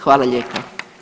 Hvala lijepa.